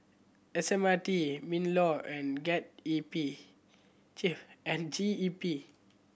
S M R T MinLaw and get E P GEP and G E P